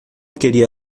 queria